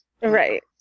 Right